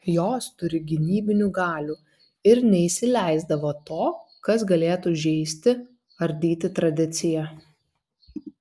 jos turi gynybinių galių ir neįsileisdavo to kas galėtų žeisti ardyti tradiciją